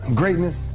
greatness